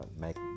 make